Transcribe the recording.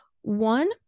one